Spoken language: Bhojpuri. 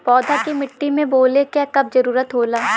पौधा के मिट्टी में बोवले क कब जरूरत होला